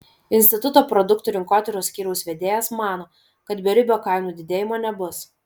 instituto produktų rinkotyros skyriaus vedėjas mano kad beribio kainų didėjimo nebus